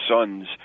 sons